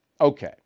Okay